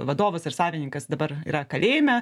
vadovas ir savininkas dabar yra kalėjime